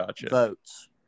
votes